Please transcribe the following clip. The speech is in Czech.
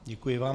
Děkuji vám.